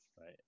right